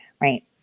Right